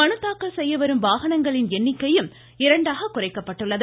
மனு தாக்கல் செய்ய வரும் வாகனங்களின் எண்ணிக்கையும் இரண்டாக குறைக்கப்பட்டுள்ளது